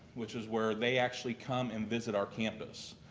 which is where they actually come and visit our campus.